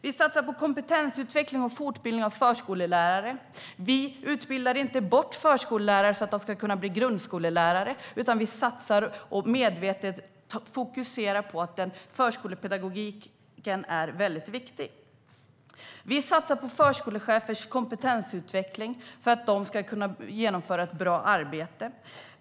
Vi satsar på kompetensutveckling och fortbildning av förskollärare. Vi utbildar inte bort förskollärare så att de ska kunna bli grundskollärare, utan vi fokuserar på förskolepedagogiken som väldigt viktig. Vi satsar på förskolechefers kompetensutveckling för att de ska kunna genomföra ett bra arbete.